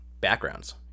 backgrounds